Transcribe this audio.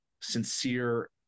sincere